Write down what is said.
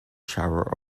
shower